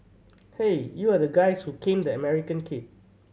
hey you are the guys who caned the American kid